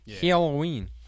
Halloween